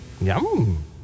Yum